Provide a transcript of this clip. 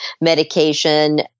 medication